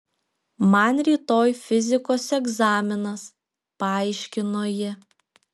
man rytoj fizikos egzaminas paaiškino ji